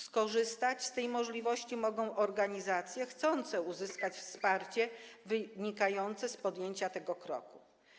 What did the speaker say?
Skorzystać z tej możliwości mogą organizacje chcące uzyskać wsparcie wynikające z podjęcia tego kroku.